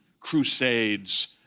crusades